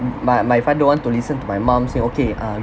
my my father don't want to listen to my mum say okay um